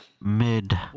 Mid